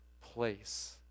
place